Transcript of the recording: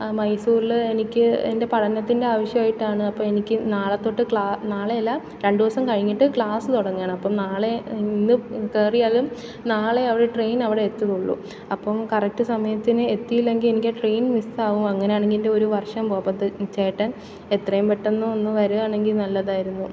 മൈസൂരിൽ എനിക്ക് എൻ്റെ പഠനത്തിൻ്റെ ആവശ്യമായിട്ടാണ് അപ്പോൾ എനിക്ക് നാളെ തൊട്ട് ക്ലാ നാളെയല്ല രണ്ടുദിവസം കഴിഞ്ഞിട്ട് ക്ലാസ് തുടങ്ങുകയാണ് അപ്പോൾ നാളെ ഇന്നു കയറിയാലും നാളെ അവിടെ ട്രെയിൻ അവിടെ എത്തുകയുള്ളു അപ്പോഴും കറക്റ്റ് സമയത്തിനു എത്തിയില്ലെങ്കിൽ എനിക്ക് ട്രെയിൻ മിസ്സാകും അങ്ങനെയാണെങ്കിൽ എൻ്റെ ഒരു വർഷം പോകും അപ്പത് ചേട്ടൻ എത്രയും പെട്ടെന്നൊന്നു വരികയാണെങ്കിൽ നല്ലതായിരുന്നു